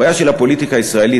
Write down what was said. הבעיה של הפוליטיקה הישראלית,